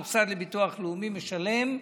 המוסד לביטוח לאומי משלם,